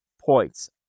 points